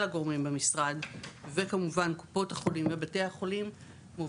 הגורמים במשרד וכמובן קופות החולים ובתי החולים,